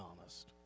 honest